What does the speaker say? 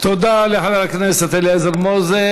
תודה לחבר הכנסת אליעזר מוזס.